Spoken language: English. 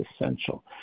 essential